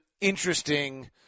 interesting